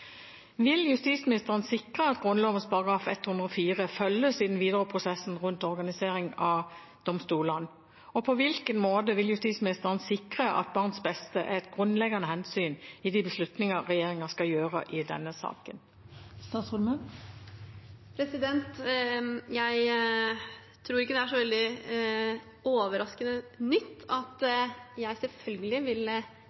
vil statsråden sikre at barnets beste er et grunnleggende hensyn i de beslutninger regjeringen skal gjøre i denne saken, og vil statsråden sikre at Grunnloven § 104 følges i den videre prosessen?» Jeg tror ikke det er så veldig overraskende og nytt at